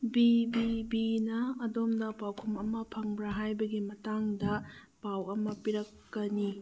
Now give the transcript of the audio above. B B ꯕꯤꯅ ꯑꯗꯣꯝꯗ ꯄꯥꯎꯈꯨꯝ ꯑꯃ ꯐꯪꯕ꯭ꯔ ꯍꯥꯏꯕꯒꯤ ꯃꯇꯥꯡꯗ ꯄꯥꯎ ꯑꯃ ꯄꯤꯔꯛꯀꯅꯤ